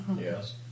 Yes